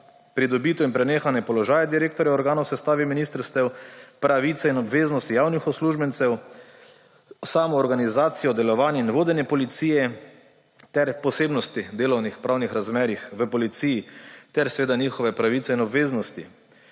pridobitev in prenehanje položaja direktorjev organov v sestavi ministrstev, pravice in obveznosti javnih uslužbencev, samoorganizacija, delovanje in vodenje policije ter posebnosti delovnopravnih razmerjih v policiji ter seveda njihove pravice in obveznosti.